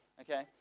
Okay